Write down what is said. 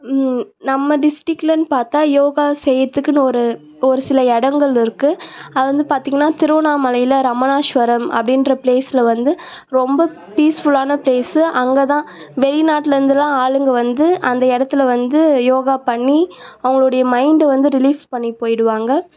நம்ம டிஸ்டிக்லன்னு பார்த்தா யோகா செய்கிறத்துக்குன்னு ஒரு ஒரு சில இடங்கள் இருக்குது அது வந்து பார்த்தீங்கன்னா திருவண்ணாமலைல ரமணாஸ்வரம் அப்படின்ற ப்ளேஸ்ல வந்து ரொம்ப பீஸ்ஃபுல்லான ப்ளேஸ்ஸு அங்கேதான் வெளி நாட்டிலருந்துலாம் ஆளுங்கள் வந்து அந்த இடத்துல வந்து யோகா பண்ணி அவங்களுடைய மைண்டை வந்து ரிலீஃப் பண்ணிட்டு போய்டுவாங்க